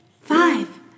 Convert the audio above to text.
five